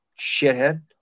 Shithead